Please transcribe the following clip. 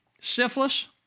syphilis